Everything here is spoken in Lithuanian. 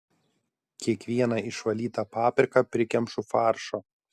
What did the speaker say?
kiekvieną išvalytą papriką prikemšu faršo